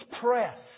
press